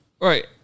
Right